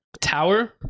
Tower